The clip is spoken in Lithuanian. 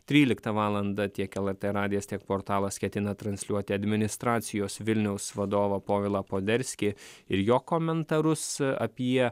tryliktą valandą tiek lrt radijas tiek portalas ketina transliuoti administracijos vilniaus vadovą povilą poderskį ir jo komentarus apie